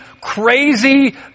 crazy